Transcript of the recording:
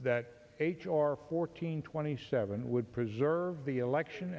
that h r fourteen twenty seven would preserve the election